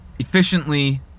Efficiently